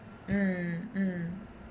mm mm